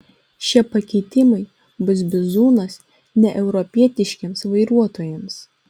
šie pakeitimai bus bizūnas neeuropietiškiems vairuotojams